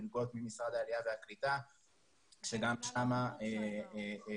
של המלגות ממשרד העלייה והקליטה שגם שם הגדלנו,